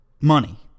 money